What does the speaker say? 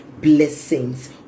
blessings